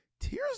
tears